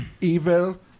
evil